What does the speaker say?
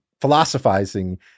philosophizing